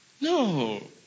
No